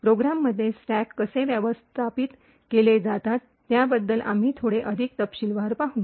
प्रोग्राममध्ये स्टॅक कसे व्यवस्थापित केले जातात त्याबद्दल आम्ही थोडे अधिक तपशीलवार पाहू